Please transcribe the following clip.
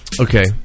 Okay